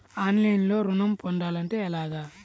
ఆన్లైన్లో ఋణం పొందాలంటే ఎలాగా?